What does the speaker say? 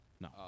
No